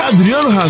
Adriano